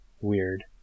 weird